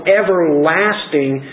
everlasting